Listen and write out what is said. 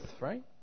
right